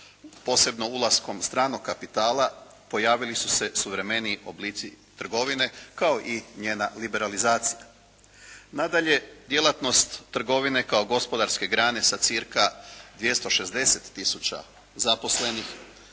posebno ulaskom stranog kapitala pojavili su se suvremeniji oblici trgovine kao i njena liberalizacija. Nadalje, djelatnost trgovine kao gospodarske grane sa cca 260 tisuća zaposlenih,